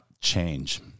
change